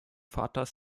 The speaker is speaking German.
vaters